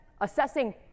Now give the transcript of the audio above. assessing